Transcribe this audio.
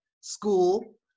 school